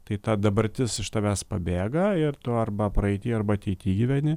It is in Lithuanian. tai ta dabartis iš tavęs pabėga ir tu arba praeity arba ateity gyveni